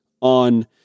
on